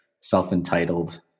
self-entitled